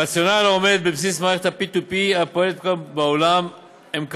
הרציונלים העומדים בבסיס מערכות ה-P2P הפועלות כיום בעולם הם: